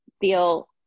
feel